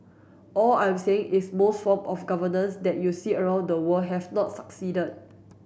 all I am saying is most form of governance that you see around the world have not succeeded